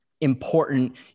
important